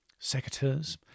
Secateurs